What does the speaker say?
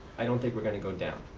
i don't think we're going to go down.